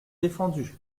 défendu